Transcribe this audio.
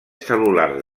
cel·lulars